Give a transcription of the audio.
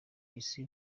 isi